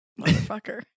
motherfucker